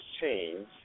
Change